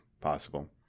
possible